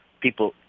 people